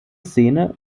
szene